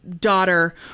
daughter